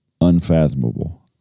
unfathomable